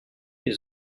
les